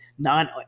Non